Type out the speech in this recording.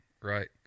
right